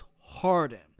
hardened